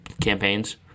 campaigns